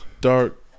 Dark